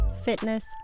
fitness